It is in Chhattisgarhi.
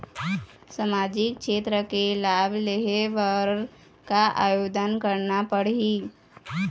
सामाजिक क्षेत्र के लाभ लेहे बर का आवेदन करना पड़ही?